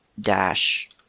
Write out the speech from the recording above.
dash